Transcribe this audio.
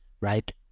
right